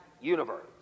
universe